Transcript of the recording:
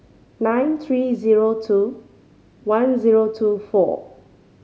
nine three zero two one zero two four